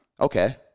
okay